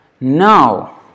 now